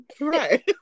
Right